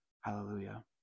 Hallelujah